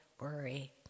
worry